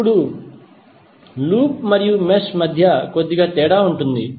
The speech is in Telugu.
ఇప్పుడు లూప్ మరియు మెష్ మధ్య కొద్దిగా తేడా ఉంది